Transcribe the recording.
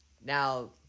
Now